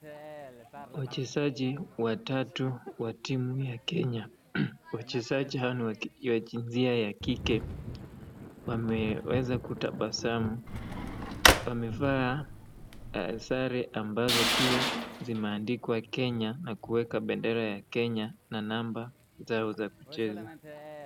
Wachezaji watatu wa timu ya Kenya wachezaji hao nj wa jinsia ya kike wameweza kutabasamu wamevaa sare ambazo pia zimeandikwa Kenya na kuekwa bendera ya Kenya na namba zao za kucheza